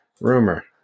rumor